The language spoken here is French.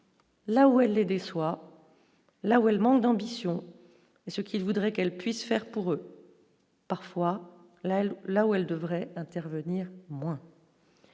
Là où elle est déçoit là où elle manque d'ambition et ce qu'il voudrait qu'elle puisse faire pour. Parfois la elle là où elle devrait intervenir moins.